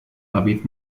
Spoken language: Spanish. david